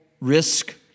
risk